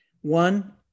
one